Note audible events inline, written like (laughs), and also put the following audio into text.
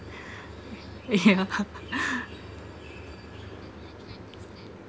yeah (laughs)